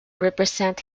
represent